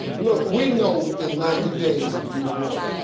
look, we know within ninety days if you the one.